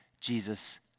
Jesus